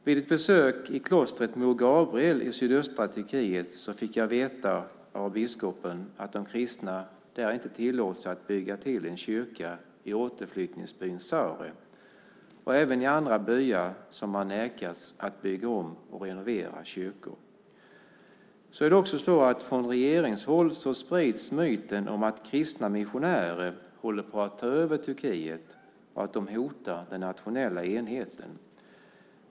Vid ett besök i klostret Mor Gabriel i sydöstra Turkiet fick jag veta av biskopen att de kristna där inte tillåts att bygga till en kyrka i återflyttningsbyn Sare. Även i andra byar har man nekats att bygga om och renovera kyrkor. Från regeringshåll sprids också myten om att kristna missionärer håller på att ta över Turkiet och att de hotar den nationella enheten.